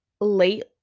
late